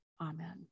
Amen